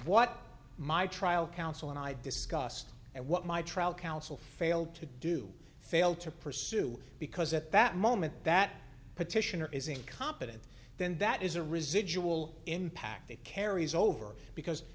what my trial counsel and i discussed and what my trial counsel failed to do failed to pursue because at that moment that petitioner is incompetent then that is a residual impact that carries over because